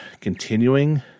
continuing